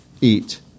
eat